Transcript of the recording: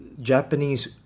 Japanese